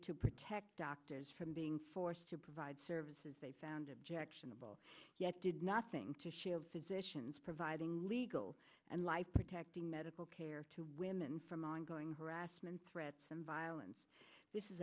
to protect doctors from being forced to provide services they found objectionable yet did nothing to shield physicians providing legal and life protecting medical care to women from ongoing harassment threats and violence this is